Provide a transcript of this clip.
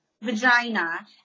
vagina